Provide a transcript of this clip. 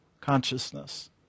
consciousness